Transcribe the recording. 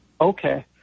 Okay